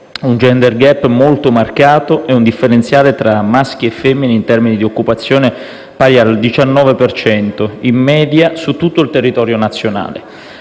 un *gender gap* molto marcato e un differenziale tra maschi e femmine in termini di occupazione pari al 19 per cento in media su tutto il territorio nazionale.